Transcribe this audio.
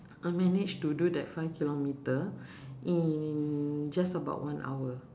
I managed to do that five kilometre in just about one hour